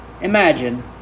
imagine